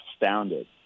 astounded